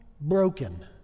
broken